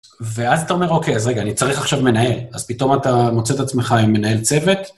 ואז אתה אומר, אוקיי, אז רגע, אני צריך עכשיו מנהל. אז פתאום אתה מוצא את עצמך עם מנהל צוות.